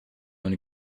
when